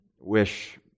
wish